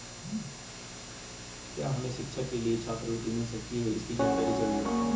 क्या हमें शिक्षा के लिए छात्रवृत्ति मिल सकती है इसकी जानकारी चाहिए?